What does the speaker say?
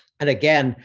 and again,